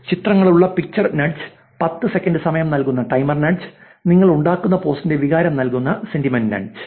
ചിത്രങ്ങളുള്ള picture nudge പത്ത് second സമയം നൽകുന്ന ടൈമർ നഡ്ജ് നിങ്ങൾ ഉണ്ടാക്കുന്ന പോസ്റ്റിന്റെ വികാരം നൽകുന്ന സെന്റിമെന്റ് നഡ്ജ്